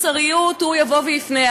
באיזו מוסריות הוא יבוא ויפנה?